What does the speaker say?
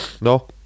no